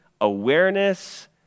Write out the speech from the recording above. awareness